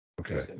Okay